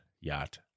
yacht